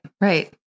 right